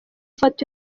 foto